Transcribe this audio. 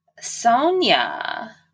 Sonia